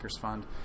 Fund